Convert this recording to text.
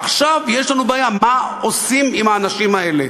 עכשיו יש לנו בעיה מה עושים עם האנשים האלה.